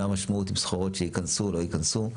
מה המשמעות אם סחורות שייכנסו לא ייכנסו.